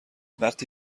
وقتی